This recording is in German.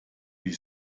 wie